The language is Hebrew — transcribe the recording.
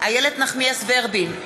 איילת נחמיאס ורבין,